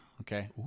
Okay